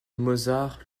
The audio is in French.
mozart